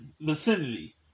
vicinity